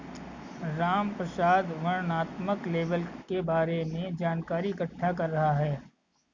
रामप्रसाद वर्णनात्मक लेबल के बारे में जानकारी इकट्ठा कर रहा है